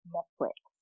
Netflix